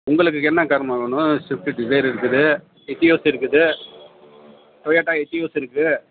உங்களுக்கு என்ன காருமா வேணும் ஷிஃப்ட்டு டிசையர் இருக்குது எட்டியோஸ் இருக்குது டொயாட்டா எட்டியோஸ் இருக்குது